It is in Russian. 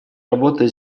работа